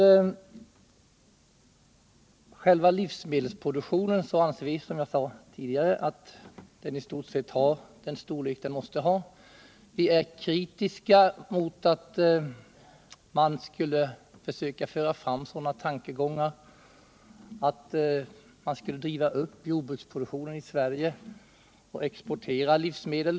Vi anser att själva livsmedelsproduktionen, som jag sade tidigare, i stort sett har den storlek som den måste ha. Vi är kritiska mot tankegångar som går ut på att vi skulle driva upp jordbrukets produktion i Sverige och exportera livsmedel.